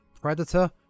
*Predator*